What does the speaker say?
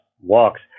walks